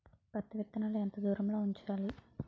పత్తి విత్తనాలు ఎంత దూరంలో ఉంచాలి?